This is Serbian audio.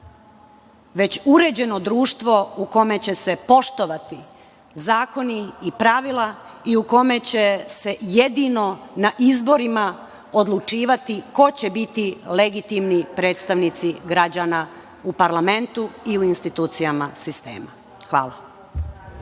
već uređeno društvo u kome će se poštovati zakoni i pravila i u kome će se jedino na izborima odlučivati ko će biti legitimni predstavnici građana u parlamentu i u institucijama sistema. Hvala.